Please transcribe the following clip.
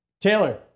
Taylor